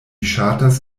ŝatas